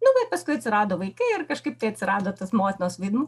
nu bet paskui atsirado vaikai ir kažkaip atsirado tas motinos vaidmuo